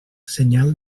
senyal